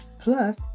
plus